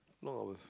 long hours